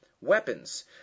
Weapons